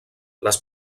les